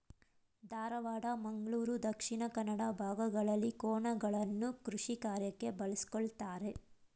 ಧಾರವಾಡ, ಮಂಗಳೂರು ದಕ್ಷಿಣ ಕನ್ನಡ ಭಾಗಗಳಲ್ಲಿ ಕೋಣಗಳನ್ನು ಕೃಷಿಕಾರ್ಯಕ್ಕೆ ಬಳಸ್ಕೊಳತರೆ